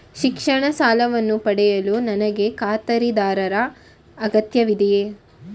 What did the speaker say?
ಶಿಕ್ಷಣ ಸಾಲವನ್ನು ಪಡೆಯಲು ನನಗೆ ಖಾತರಿದಾರರ ಅಗತ್ಯವಿದೆಯೇ?